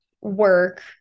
work